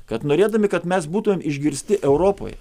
kad norėdami kad mes būtumėme išgirsti europoj